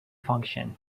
function